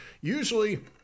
usually